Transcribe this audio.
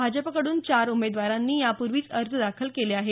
भाजपकडून चार उमेदवारांनी यापूर्वीच अर्ज दाखल केले आहेत